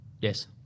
Yes